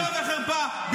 בושה וחרפה.